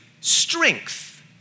strength